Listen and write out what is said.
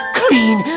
clean